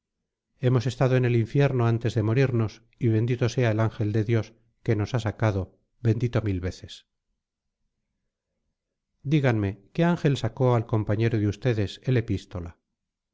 hemos estado en el infierno antes de morirnos y bendito sea el ángel de dios que nos ha sacado bendito mil veces díganme qué ángel sacó al compañero de ustedes el epístola